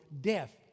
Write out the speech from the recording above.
death